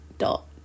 Dot